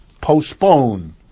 postpone